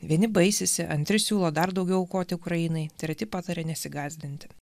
vieni baisisi antri siūlo dar daugiau aukoti ukrainai treti pataria nesigąsdinti